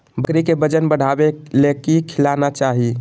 बकरी के वजन बढ़ावे ले की खिलाना चाही?